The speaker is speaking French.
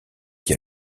qui